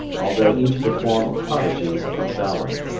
although each performed prodigies of valor.